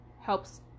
helps